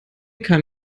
kann